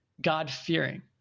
God-fearing